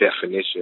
definition